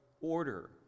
order